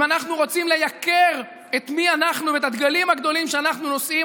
אם אנחנו רוצים לייקר את מי שאנחנו ואת הדגלים הגדולים שאנחנו נושאים,